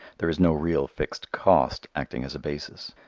there is no real fixed cost acting as a basis.